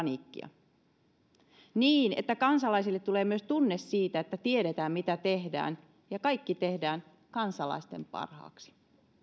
paniikkia niin että kansalaisille tulee myös tunne siitä että tiedetään mitä tehdään ja kaikki tehdään kansalaisten parhaaksi